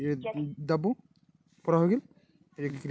रवि कलवा चनार खेती करील छेक